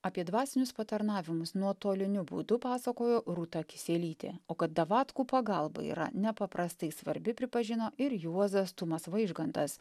apie dvasinius patarnavimus nuotoliniu būdu pasakojo rūta kisielytė o kad davatkų pagalba yra nepaprastai svarbi pripažino ir juozas tumas vaižgantas